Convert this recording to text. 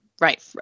right